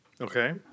Okay